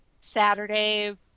Saturday